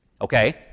Okay